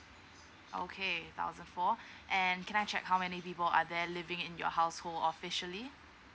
okay thousand four and can I check how many people are there living in your household officially